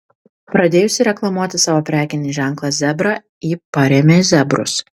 pradėjusi reklamuoti savo prekinį ženklą zebra ji parėmė zebrus